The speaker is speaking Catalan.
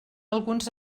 alguns